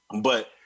But-